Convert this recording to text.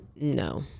no